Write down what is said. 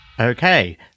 Okay